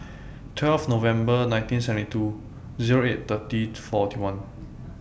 twelve November nineteen seventy two Zero eight thirty forty one